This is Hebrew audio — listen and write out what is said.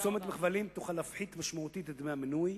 פרסומת בכבלים תוכל להפחית משמעותית את דמי המנוי,